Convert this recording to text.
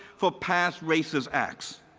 for past race ist acts.